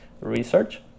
research